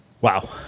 Wow